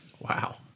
Wow